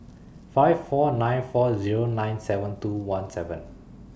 five four nine four Zero nine seven two one seven